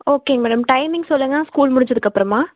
okay madam timing சொல்லுங்கள் school முடிஞ்சதுக்கு அப்புறமா